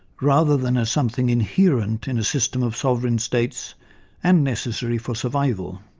rather than ah something inherent in a system of sovereign states and necessary for survival.